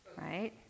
right